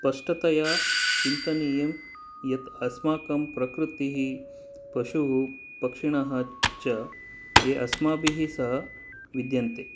स्पष्टतया चिन्तनीयं यत् अस्माकं प्रकृतिः पशुः पक्षिणः च ये अस्माभिः सः विद्यन्ते